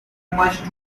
much